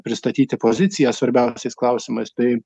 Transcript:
pristatyti poziciją svarbiausiais klausimais tai